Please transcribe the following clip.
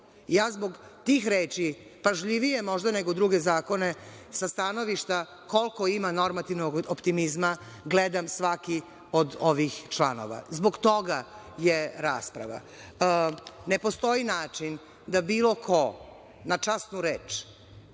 tih reči, možda pažljivije nego druge zakone, sa stanovišta koliko ima normativnog optimizma, gledam svaki od ovih članova. Zbog toga je rasprava. Ne postoji način da bilo ko na časnu reč